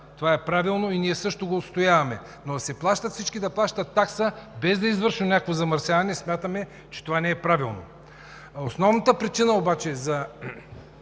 Това е правилно и ние също го отстояваме, но всички да плащат такса, без да е извършено някакво замърсяване – смятаме, че това не е правилно. Основната причина обаче за